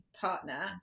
partner